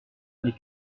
les